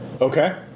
Okay